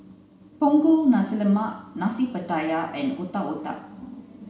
Punggol Nasi Lemak Nasi Pattaya and Otak Otak